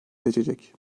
seçecek